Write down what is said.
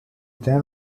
then